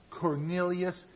Cornelius